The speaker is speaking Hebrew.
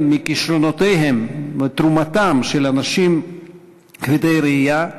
מכישרונותיהם ומתרומתם של אנשים כבדי ראייה,